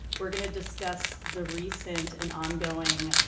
we're going to discuss the recent and ongoing,